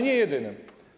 Nie jedynym.